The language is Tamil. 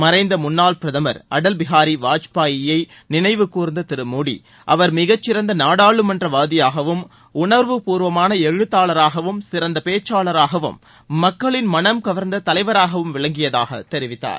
மறைந்த முன்னாள் பிரதமர் அடல் பிஹாரி வாஜ்பாயியை நினைவு கூர்ந்த திரு மோடி அவர் மிகச்சிறந்த நாடாளுமன்ற வாதியாகவும் உணர்வு பூர்வமான எழுத்தாளராகவும் சிறந்த பேச்சாளராகவும் மக்களின் மனம் கவர்ந்த தலைவராகவும் விளங்கியதாக தெரிவித்தார்